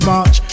March